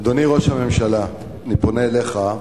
אני פונה אליך.